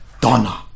Donna